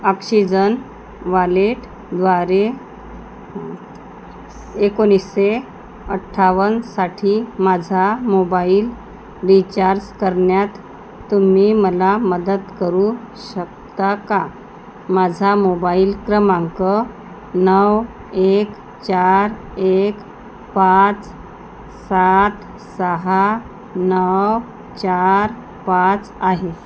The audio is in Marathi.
ऑक्सिजन वालेट द्वारे एकोणीसशे अठ्ठावन्नसाठी माझा मोबाईल रिचार्ज करण्यात तुम्ही मला मदत करू शकता का माझा मोबाईल क्रमांक नऊ एक चार एक पाच सात सहा नऊ चार पाच आहे